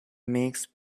mixes